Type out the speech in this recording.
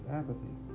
apathy